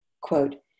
Quote